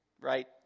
right